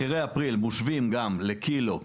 מחירי אפריל מושווים גם לקילו,